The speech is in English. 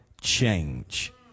change